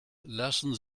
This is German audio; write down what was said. lassen